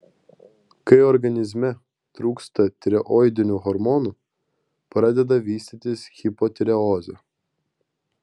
kai organizme trūksta tireoidinių hormonų pradeda vystytis hipotireozė